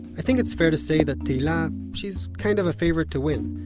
i think it's fair to say that tehila, she's kind of a favorite to win.